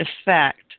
effect